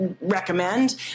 recommend